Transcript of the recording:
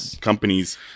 companies